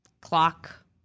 clock